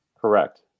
Correct